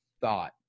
thought